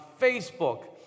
Facebook